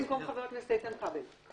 ההצעה כפי שהוקראה.